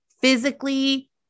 physically